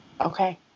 Okay